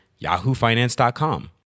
yahoofinance.com